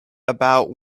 about